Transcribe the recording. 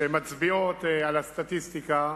שמביאות את הסטטיסטיקה.